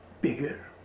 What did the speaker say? bigger